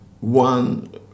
one